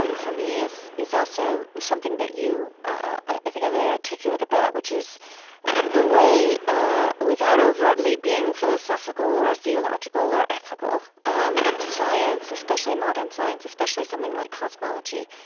um for me is is also something that you, ah, i think are very articulate about, which is they way ah without overtly being philosophical or theological or ethical, um science, especially modern science, especially something like cosmology,